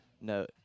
No